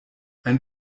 ein